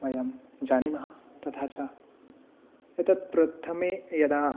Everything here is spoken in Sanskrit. वयं जानीमः तथा च एतत् प्रथमे यदा